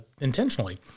intentionally